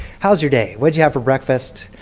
how was your day? what did you have for breakfast?